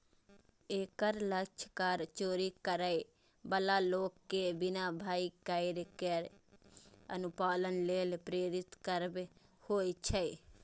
एकर लक्ष्य कर चोरी करै बला लोक कें बिना भय केर कर अनुपालन लेल प्रेरित करब होइ छै